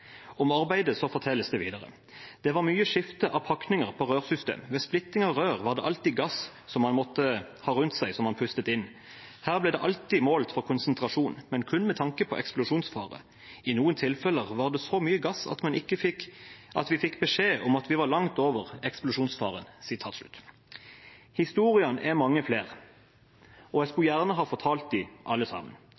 Om arbeidet fortelles det videre: «Det var mye skifte av pakninger på rørsystemet. Ved splitting av rør var det alltid gass som man hadde rundt seg og pustet inn. Her ble det alltid målt for konsentrasjon, men kun med tanke på eksplosjonsfaren. I noen tilfeller var det så mye gass at man fikk beskjed om at vi var langt over eksplosjonsfaren.» Historiene er mange flere, og jeg skulle